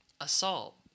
assault